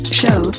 show